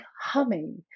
humming